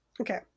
Okay